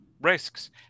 risks